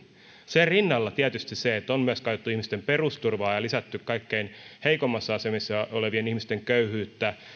sen rinnalla tietysti se että on myös kajottu ihmisten perusturvaan ja lisätty kaikkein heikoimmassa asemassa olevien ihmisten köyhyyttä